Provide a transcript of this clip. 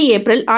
April